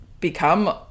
become